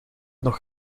nog